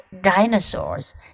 dinosaurs